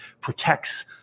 protects